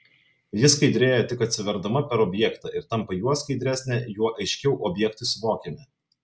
ji skaidrėja tik atsiverdama per objektą ir tampa juo skaidresnė juo aiškiau objektai suvokiami